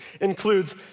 includes